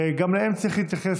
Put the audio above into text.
וגם אליהם צריך להתייחס,